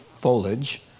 foliage